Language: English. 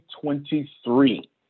twenty-three